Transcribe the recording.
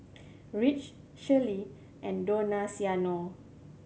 Rich Sheryll and Donaciano